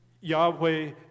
Yahweh